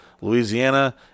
Louisiana